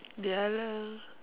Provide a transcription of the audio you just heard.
ya lah